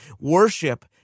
Worship